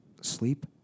sleep